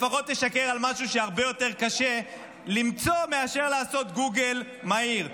לפחות תשקר על משהו שהרבה יותר קשה למצוא מאשר לעשות גוגל מהיר.